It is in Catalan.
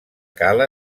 cala